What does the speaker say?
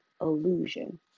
illusion